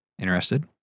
interested